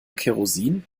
kerosin